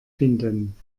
finden